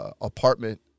apartment